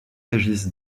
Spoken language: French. régis